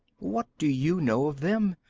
what do you know of them?